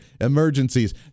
emergencies